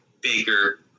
Baker